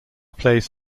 plays